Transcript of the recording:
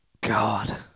God